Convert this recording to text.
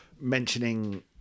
Mentioning